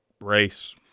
race